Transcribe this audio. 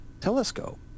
telescope